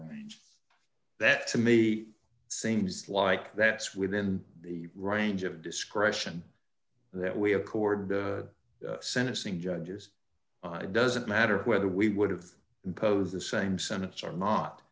range that to me seems like that's within the range of discretion that we accord sentencing judges it doesn't matter whether we would have posed the same sentence or not